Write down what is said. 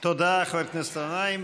תודה, חבר הכנסת גנאים.